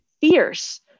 fierce